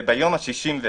וביום ה-61,